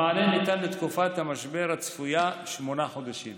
המענה ניתן לתקופת המשבר הצפויה, שמונה חודשים.